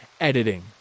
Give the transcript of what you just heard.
editing